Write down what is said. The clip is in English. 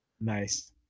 Nice